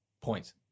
Points